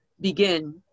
begin